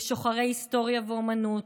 לשוחרי היסטוריה ואומנות,